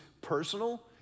personal